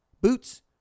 boots